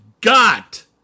Got